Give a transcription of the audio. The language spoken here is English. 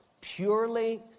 Purely